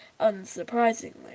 unsurprisingly